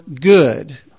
good